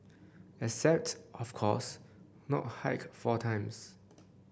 except of course not hike four times